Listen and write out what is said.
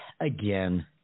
again